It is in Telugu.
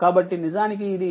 కాబట్టినిజానికిఇది iN